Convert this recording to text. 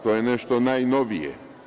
To je nešto najnovije.